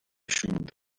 siúd